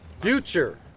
future